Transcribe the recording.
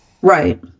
Right